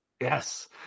Yes